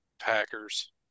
Packers